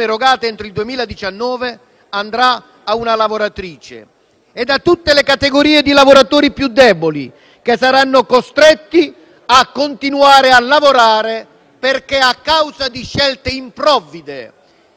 erogate entro il 2019 andrà a una lavoratrice) e da tutte le categorie di lavoratori più deboli, che saranno costretti a continuare a lavorare perché, a causa di scelte improvvide